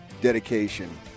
dedication